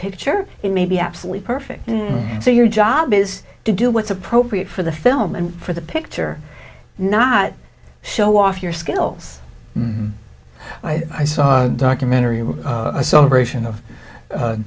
picture it may be absolutely perfect so your job is to do what's appropriate for the film and for the picture not show off your skills i saw a documentary about a sober ation of